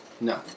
No